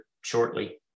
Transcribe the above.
shortly